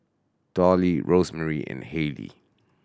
Dolly Rosemary and Hayley